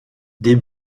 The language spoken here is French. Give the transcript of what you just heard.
des